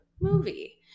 movie